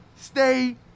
Stay